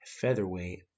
Featherweight